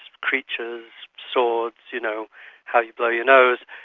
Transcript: creatures, swords, you know how you blow your nose.